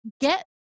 get